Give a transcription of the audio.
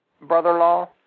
brother-in-law